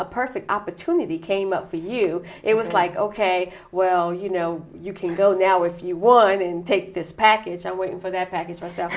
a perfect opportunity came up for you it was like ok well you know you can go now if you want and take this package i'm waiting for that package myself